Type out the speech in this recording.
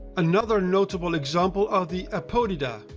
another notable example are the apodida,